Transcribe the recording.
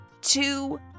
Two